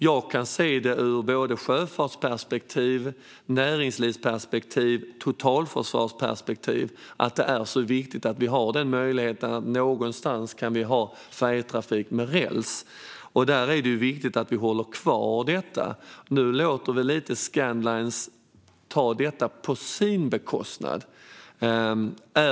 Jag kan ur sjöfartsperspektiv, näringslivsperspektiv och totalförsvarsperspektiv se att det är viktigt att vi någonstans har möjligheten till färjetrafik med räls. Det är viktigt att vi håller kvar detta. Nu blir det lite så att vi låter Scandlines ta detta på sin bekostnad.